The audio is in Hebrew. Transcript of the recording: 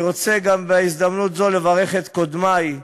אני רוצה גם בהזדמנות זו לברך את קודמי,